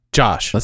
josh